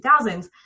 2000s